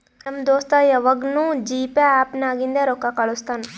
ನಮ್ ದೋಸ್ತ ಯವಾಗ್ನೂ ಜಿಪೇ ಆ್ಯಪ್ ನಾಗಿಂದೆ ರೊಕ್ಕಾ ಕಳುಸ್ತಾನ್